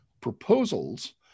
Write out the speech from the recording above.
proposals